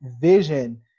vision